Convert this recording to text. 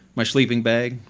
my sleeping bag,